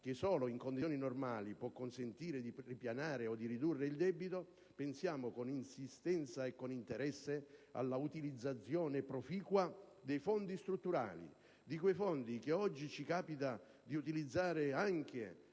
che solo in condizioni normali può consentire di ripianare o di ridurre il debito, pensiamo con insistenza e con interesse all'utilizzazione proficua dei fondi strutturali. Mi riferisco a quei fondi che oggi ci capita di utilizzare anche